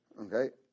Okay